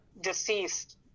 deceased